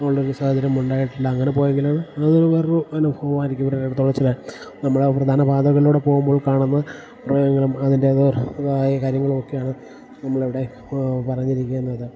അങ്ങനെ ഒരു സാഹചര്യമുണ്ടായിട്ടില്ല അങ്ങനെ പോയെങ്കില് അതൊരു വേറൊരു അനുഭവം ആയിരിക്കും ഇവിടെ അടുത്തുള്ള ചിലർ നമ്മള് പ്രധാന പാതകളിലൂടെ പോകുമ്പോൾ കാണുന്ന മൃഗങ്ങളും അതിൻ്റെത് തായ കാര്യങ്ങളുമൊക്കെയാണ് നമ്മളിവിടെ പറഞ്ഞിരിക്കുന്നത്